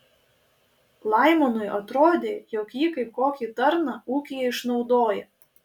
laimonui atrodė jog jį kaip kokį tarną ūkyje išnaudoja